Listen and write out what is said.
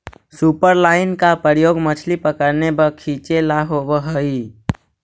superline का प्रयोग मछली पकड़ने व खींचे ला होव हई